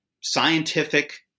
scientific